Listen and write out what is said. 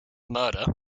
murder